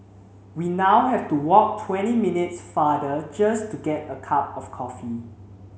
we now have to walk twenty minutes farther just to get a cup of coffee